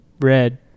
red